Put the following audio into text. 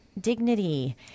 dignity